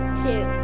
two